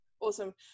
Awesome